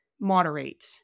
moderate